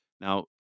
now